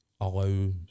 allow